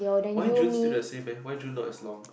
why June still the same leh why June not as long